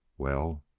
well?